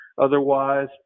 otherwise